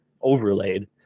overlaid